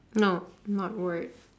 no not word